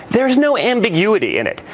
there is no ambiguity in it.